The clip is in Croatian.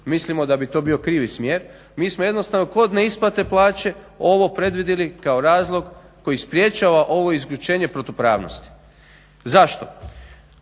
mislimo da bi to bio krivi smjer, mi smo jednostavno kod neisplate plaće ovo predvidjeli kao razlog koji sprječava ovo isključenje protupravnosti. Zašto?